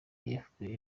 efuperi